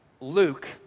Luke